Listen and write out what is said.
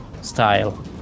style